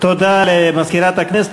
תודה למזכירת הכנסת.